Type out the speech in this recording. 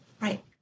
Right